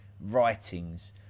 writings